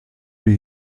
wie